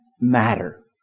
matter